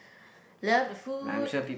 love the food